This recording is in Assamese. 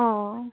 অঁ